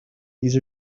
these